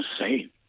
insane